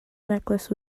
necklace